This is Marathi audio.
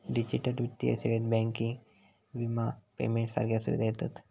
डिजिटल वित्तीय सेवेत बँकिंग, विमा, पेमेंट सारख्या सुविधा येतत